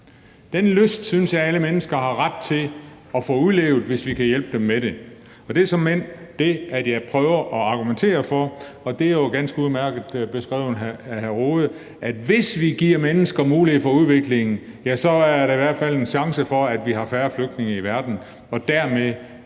Denne lyst synes jeg alle mennesker har ret til at få udlevet, hvis vi kan hjælpe dem med det, og det er såmænd det, jeg prøver at argumentere for. Det er jo ganske udmærket beskrevet af hr. Jens Rohde: Hvis vi giver mennesker mulighed for udvikling, er der i hvert fald en chance for, at vi har færre flygtninge i verden og dermed